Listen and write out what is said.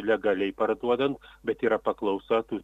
legaliai parduodant bet yra paklausa tų